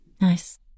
Nice